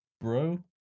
bro